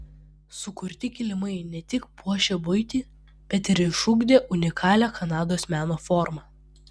sukurti kilimai ne tik puošė buitį bet ir išugdė unikalią kanados meno formą